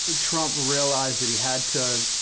ah trump realized that he had to